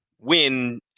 win